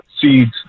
seeds